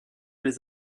les